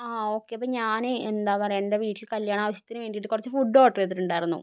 ആ ഓക്കെ അപ്പോൾ ഞാനേ എന്താ പറയുക എൻ്റെ വീട്ടില് കല്യാണാവശ്യത്തിന് വേണ്ടീട്ട് കുറച്ച് ഫുഡ് ഓർഡർ ചെയ്തിട്ടുണ്ടായിരുന്നു